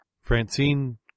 Francine